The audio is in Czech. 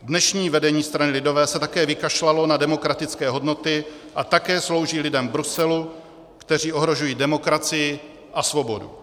Dnešní vedení strany lidové se také vykašlalo na demokratické hodnoty a také slouží lidem v Bruselu, kteří ohrožují demokracii a svobodu.